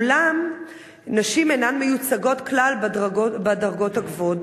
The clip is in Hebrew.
אולם נשים אינן מיוצגות כלל בדרגות הגבוהות.